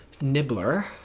Nibbler